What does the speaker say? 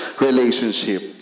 relationship